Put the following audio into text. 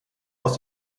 aus